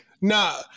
No